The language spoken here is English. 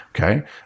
okay